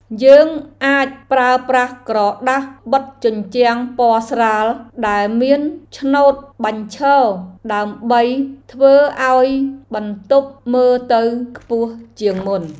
យើងអាចប្រើប្រាស់ក្រដាសបិទជញ្ជាំងពណ៌ស្រាលដែលមានឆ្នូតបញ្ឈរដើម្បីធ្វើឱ្យបន្ទប់មើលទៅខ្ពស់ជាងមុន។